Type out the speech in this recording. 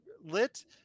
lit